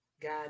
God